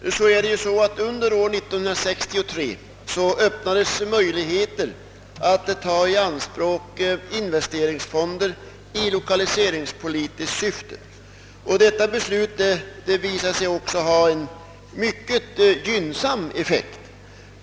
Det var ju så, att under 1963 möjligheter öppnades att ta i anspråk investeringsfonder i lokaliseringspolitiskt syfte. Detta beslut visade sig också få en mycket gynnsam effekt.